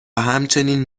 همچنین